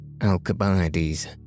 Alcibiades